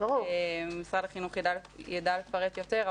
משרד החינוך יידע לפרט יותר,